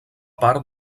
part